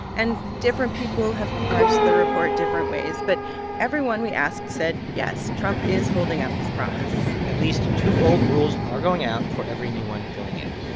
and different people have parsed the report different ways, but everyone we asked said, yes, trump is holding up his promise at least two old rules are going out for every new one going in.